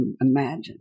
imagine